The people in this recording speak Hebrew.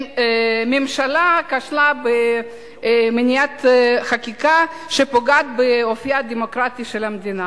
הממשלה כשלה במניעת חקיקה שפוגעת באופיה הדמוקרטי של המדינה.